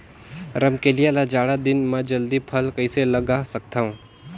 रमकलिया ल जाड़ा दिन म जल्दी फल कइसे लगा सकथव?